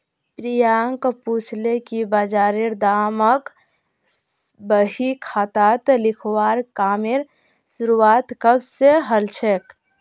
प्रियांक पूछले कि बजारेर दामक बही खातात लिखवार कामेर शुरुआत कब स हलछेक